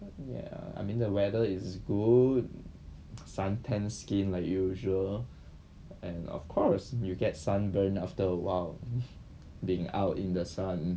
ya I mean the weather is good sun tanned skin like usual and of course you get sunburn after a while being out in the sun